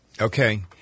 Okay